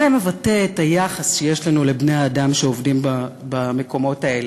זה מבטא את היחס שיש לנו לבני-האדם שעובדים במקומות האלה.